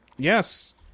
Yes